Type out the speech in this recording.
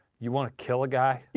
you want to kill a guy?